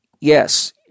Yes